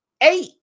Eight